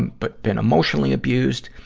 but been emotionally abused.